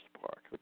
Park